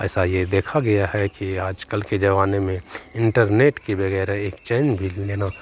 ऐसा यह देखा गया है कि आजकल के ज़माने में इन्टरनेट के बगैर एक चैन भी लेना